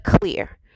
clear